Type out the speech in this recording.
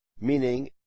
Meaning